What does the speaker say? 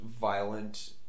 violent